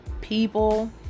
people